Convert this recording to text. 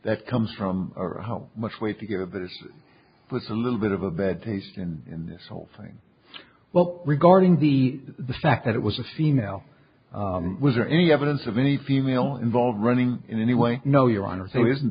that comes from or how much weight to give this puts a little bit of a bad taste in in this whole thing well regarding the the fact that it was a female was there any evidence of any female involved running in any way no your honor so isn't